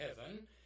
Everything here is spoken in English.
heaven